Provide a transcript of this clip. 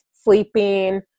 sleeping